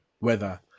weather